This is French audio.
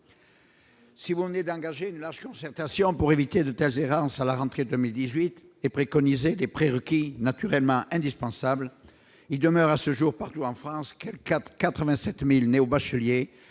Si vous venez d'engager une large concertation pour éviter de telles en s'à la rentrée 2018 et préconiser des prérequis naturellement indispensable il demeure à ce jour, partout en France, quel 4 87000 néo-bachelier